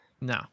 No